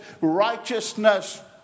righteousness